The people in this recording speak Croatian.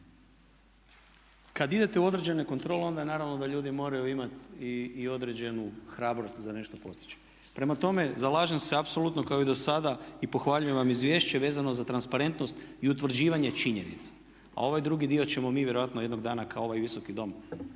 Kad idete u određene kontrole onda naravno da ljudi moraju imati i određenu hrabrost za nešto postići. Prema tome, zalažem se apsolutno kao i dosada i pohvaljujem vam izvješće vezano za transparentnost i utvrđivanje činjenica. A ovaj drugi dio ćemo mi vjerojatno jednog dana kao ovaj Visoki dom